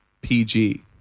PG